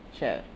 sure